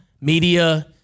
media